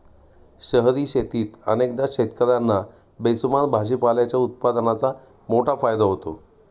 शहरी शेतीत अनेकदा शेतकर्यांना बेसुमार भाजीपाल्याच्या उत्पादनाचा मोठा फायदा होतो